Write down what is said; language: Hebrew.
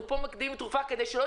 פה אנחנו מקדימים תרופה למכה כדי שלא